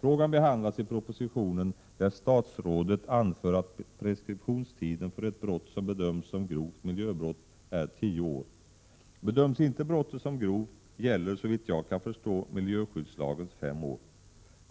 Frågan behandlas i propositionen, där statsrådet anför att preskriptionstiden för ett brott som bedöms som grovt miljöbrott är 10 år. Bedöms inte brottet som grovt, gäller såvitt jag kan förstå miljöskyddslagens Sår.